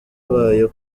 bayo